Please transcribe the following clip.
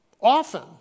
often